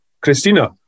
Christina